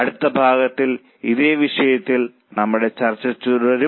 അടുത്ത ഭാഗത്തിൽ ഇതേ വിഷയത്തിൽ നമ്മളുടെ ചർച്ച തുടരും